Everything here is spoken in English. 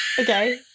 Okay